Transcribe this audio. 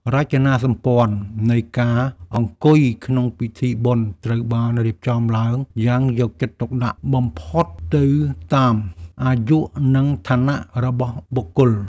រចនាសម្ព័ន្ធនៃការអង្គុយក្នុងពិធីបុណ្យត្រូវបានរៀបចំឡើងយ៉ាងយកចិត្តទុកដាក់បំផុតទៅតាមអាយុ និងឋានៈរបស់បុគ្គល។